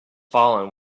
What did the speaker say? fallen